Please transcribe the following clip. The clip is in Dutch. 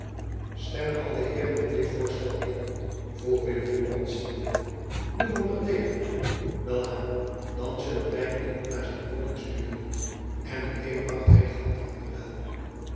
stemmen al de heeren met dit voorstel in vroeg wimmenum rondziende niemand er tegen welaan dan zullen wy iemand naar zijn woning sturen en met-een bracht hy de hand aan den bel